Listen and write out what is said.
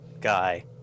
guy